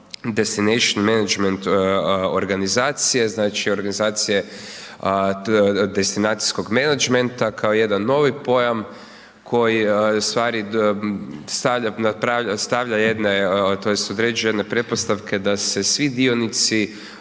destination management organizacije, znači organizacije destinacijskog menadžmenta kao jedan novi pojam koji ustvari stavlja jedne, tj. određuje jedne pretpostavke da se svi dionici